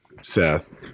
Seth